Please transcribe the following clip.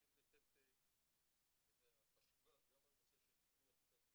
צריכים לתת את החשיבה גם על נושא של ביטוח צד ג'